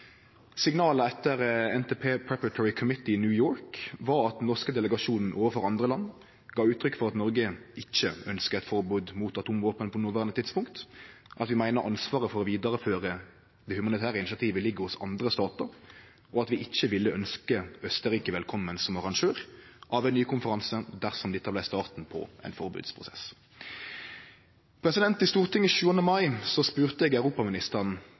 Signala etter NPT Preparatory Committee i New York var at den norske delegasjonen overfor andre land gav uttrykk for at Noreg ikkje ønskjer eit forbod mot atomvåpen på det noverande tidspunktet, at vi meiner ansvaret for å vidareføre det humanitære initiativet ligg hos andre statar, og at vi ikkje ville ønskje Østerrike velkommen som arrangør av ein ny konferanse, dersom dette vart starten på ein forbodsprosess. I Stortinget den 7. mai spurde eg europaministeren